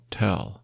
tell